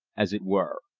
as it were.